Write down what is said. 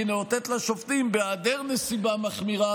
כי נאותת לשופטים: בהיעדר נסיבה מחמירה,